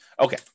Okay